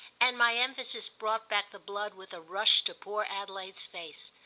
and my emphasis brought back the blood with a rush to poor adelaide's face.